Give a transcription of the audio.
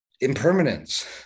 impermanence